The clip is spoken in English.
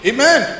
Amen